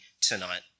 tonight